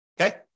okay